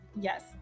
yes